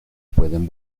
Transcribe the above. pueden